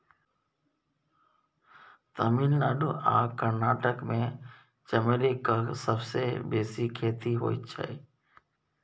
तमिलनाडु आ कर्नाटक मे चमेलीक सबसँ बेसी खेती होइ छै